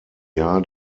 jahr